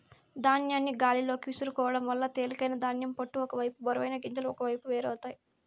ధాన్యాన్ని గాలిలోకి విసురుకోవడం వల్ల తేలికైన ధాన్యం పొట్టు ఒక వైపు బరువైన గింజలు ఒకవైపు వేరు అవుతాయి